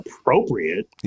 appropriate